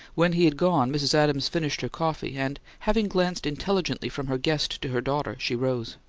when he had gone, mrs. adams finished her coffee, and, having glanced intelligently from her guest to her daughter, she rose.